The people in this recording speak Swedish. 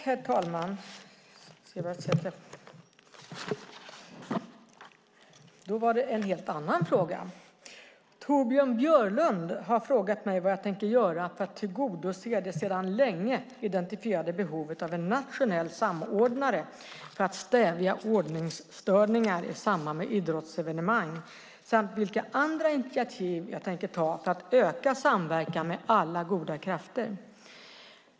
Herr talman! Torbjörn Björlund har frågat mig vad jag tänker göra för att tillgodose det sedan länge identifierade behovet av en nationell samordnare för att stävja ordningsstörningar i samband med idrottsevenemang samt vilka andra initiativ jag tänker ta för att öka samverkan med alla goda krafter.